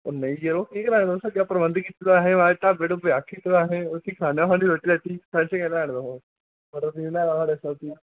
एह् नेई यरो केह् करा दे तुस अग्गें प्रबंध निं ते असें ढाबे आक्खी ओड़ेआ ते भी खलानै आं तुसेंगी रुट्टी